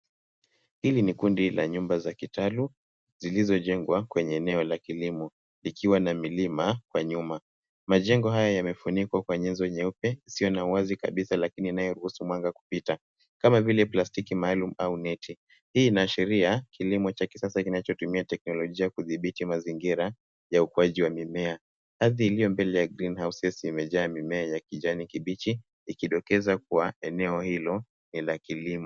Hili ni kundi la nyumba za kitaalum zilizojengwa kwenye eneo la kilimo ikiwa na milima kwa nyuma. Majengo haya yamefunikwa kwa nyenzo nyeupe isiyo na wazi kabisa lakini inayoruhusu mwanga kupita kama vile plastiki maalum au neti. Hii inaashiria kilimo cha kisasa kinachotumia teknolojia kudhibiti mazingira ya ukuaji wa mimea. Ardhi iliyo mbele ya greenhouses imejaa mimea ya kijnai kibichi ikidokeza kuwa eneo hilo ni la kilimo.